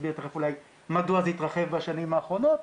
נסביר תיכף אולי מדוע זה התרחב בשנים האחרונות,